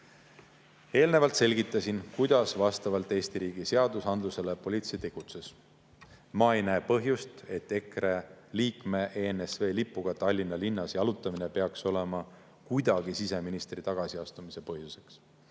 Eelnevalt selgitasin, kuidas politsei Eesti riigi seadustele vastavalt tegutses. Ma ei leia, et EKRE liikme ENSV lipuga Tallinna linnas jalutamine peaks olema kuidagi siseministri tagasiastumise põhjuseks.